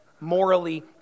morally